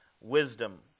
wisdom